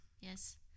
Yes